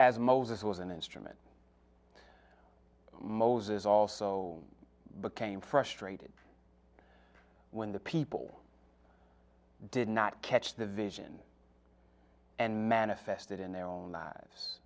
as moses was an instrument moses also became frustrated when the people did not catch the vision and manifested in their own lives